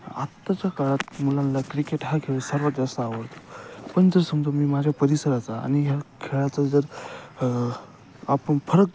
आत्ताच्या काळात मुलांला क्रिकेट हा खेळ सर्वात जास्त आवडतो पण जर समजा मी माझ्या परिसराचा आणि ह्या खेळाचा जर आपण फरक